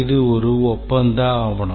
இது ஒரு ஒப்பந்த ஆவணம்